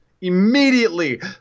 immediately